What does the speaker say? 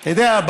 אתה יודע,